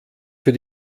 für